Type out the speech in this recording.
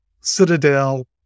Citadel